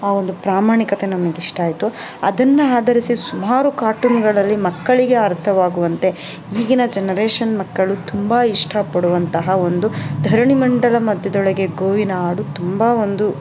ಆ ಒಂದು ಪ್ರಾಮಾಣಿಕತೆ ನಮ್ಗೆ ಇಷ್ಟ ಆಯಿತು ಅದನ್ನು ಆಧರಿಸಿ ಸುಮಾರು ಕಾರ್ಟೂನ್ಗಳಲ್ಲಿ ಮಕ್ಕಳಿಗೆ ಅರ್ಥವಾಗುವಂತೆ ಈಗಿನ ಜನರೇಷನ್ ಮಕ್ಕಳು ತುಂಬ ಇಷ್ಟ ಪಡುವಂತಹ ಒಂದು ಧರಣಿ ಮಂಡಲ ಮಧ್ಯದೊಳಗೆ ಗೋವಿನ ಹಾಡು ತುಂಬ ಒಂದು